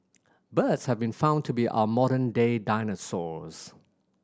birds have been found to be our modern day dinosaurs